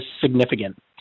significant